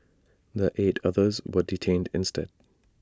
the eight others were detained instead